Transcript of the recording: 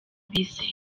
bizera